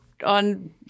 on